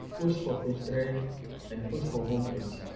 post for page three and post for home page.